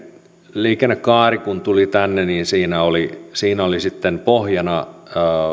liikennekaari kun tuli tänne niin siinä oli siinä oli sitten pohjana